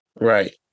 Right